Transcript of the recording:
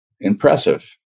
impressive